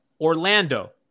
Orlando